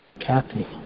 Kathy